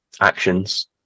actions